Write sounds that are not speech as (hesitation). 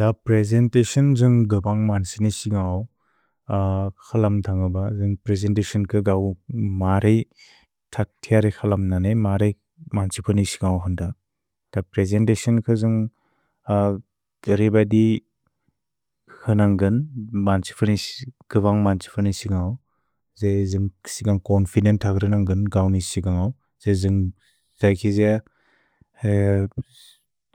द प्रेसेन्ततिओन् द्जुन्ग् गिवन्ग् मन्त्सिनिसि न्ग्उ (hesitation) क्सलम् ध्न्गु ब, द्जुन्ग् प्रेसेन्ततिओन् क ग्उ म्रे तक्त्यरे क्सलम् नने, म्रे मन्त्सिपुनिसि न्ग्उ ह्न्द। द प्रेसेन्ततिओन् क द्जुन्ग् (hesitation) केरेब दि (hesitation) क्सन्न्ग्गन् मन्त्सिपुनिसि, गिवन्ग् मन्त्सिपुनिसि न्ग्उ, ज् द्जुन्ग् सिक्न्ग् कोन्फिदेन्त्ग्र न्न्ग्गन् ग्उनिसि न्ग्उ, ज् द्जुन्ग् त्स्कि द्ज्